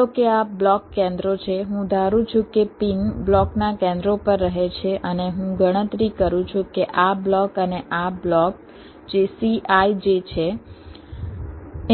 ધારો કે આ બ્લોક કેન્દ્રો છે હું ધારું છું કે પિન બ્લોકના કેન્દ્રો પર રહે છે અને હું ગણતરી કરું છું કે આ બ્લોક અને આ બ્લોક જે cij છે